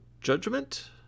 Judgment